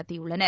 நடத்தியுள்ளனர்